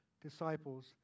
disciples